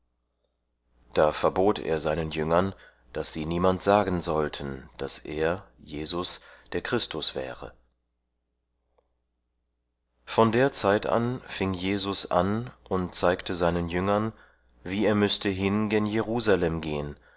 da verbot er seinen jüngern daß sie niemand sagen sollten daß er jesus der christus wäre von der zeit an fing jesus an und zeigte seinen jüngern wie er müßte hin gen jerusalem gehen